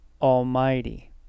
Almighty